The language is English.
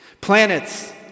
Planets